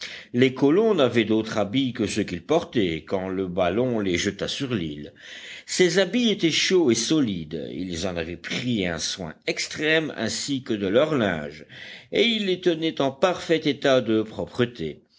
les colons n'avaient d'autres habits que ceux qu'ils portaient quand le ballon les jeta sur l'île ces habits étaient chauds et solides ils en avaient pris un soin extrême ainsi que de leur linge et ils les tenaient en parfait état de propreté